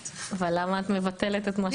אבל למה את מבטלת את מה שאמרנו?